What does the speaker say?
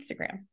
Instagram